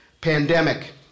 Pandemic